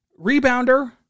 Rebounder